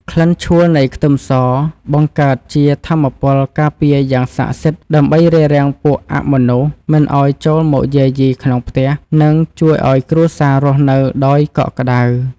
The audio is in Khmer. ក្លិនឆួលនៃខ្ទឹមសបង្កើតជាថាមពលការពារយ៉ាងស័ក្តិសិទ្ធិដើម្បីរារាំងពួកអមនុស្សមិនឱ្យចូលមកយាយីក្នុងផ្ទះ និង ជួយឱ្យគ្រួសាររស់នៅដោយកក់ក្តៅ។